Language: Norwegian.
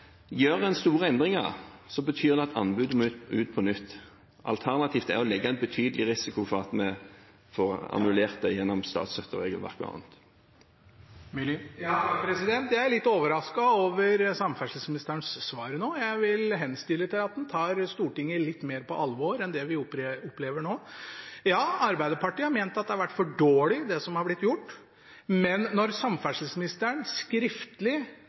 det en betydelig risiko for at vi får det annullert gjennom statsstøtteregelverket og annet. Jeg er litt overrasket over samferdselsministerens svar. Jeg vil henstille til at han tar Stortinget litt mer på alvor enn det vi opplever nå. Ja, Arbeiderpartiet har ment at det som er blitt gjort, har vært for dårlig. Men når samferdselsministeren i brevs form skriver til komiteen at å innføre klima og miljø som